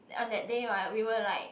on that day right we were like